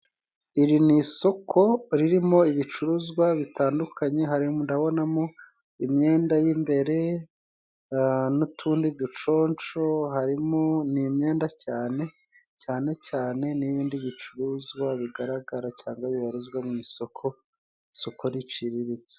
Iri ni isoko ririmo ibicuruzwa bitandukanye harimo, ndabonamo imyenda y'imbere n'utundi duconsho harimo n'imyenda cyane, cane cane n'ibindi bicuruzwa bigaragara cangwa bibarizwa mu isoko, isoko riciriritse.